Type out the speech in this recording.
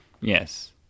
yes